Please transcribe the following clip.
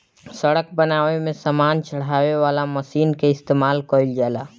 सड़क बनावे में सामान चढ़ावे वाला मशीन कअ इस्तेमाल कइल जाला